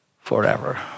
forever